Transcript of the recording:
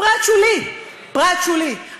פרט שולי, פרט שולי.